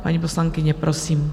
Paní poslankyně, prosím.